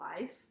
life